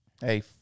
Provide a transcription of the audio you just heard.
Hey